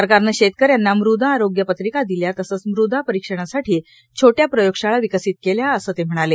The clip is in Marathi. सरकारनं शेतकऱ्यांना मृदा आरोग्य पत्रिका दिल्या तसंच मृदा परिक्षणासाठी छोट्या प्रयोगशाळा विकसित केल्या असं ते म्हणाले